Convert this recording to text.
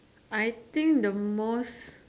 I think the most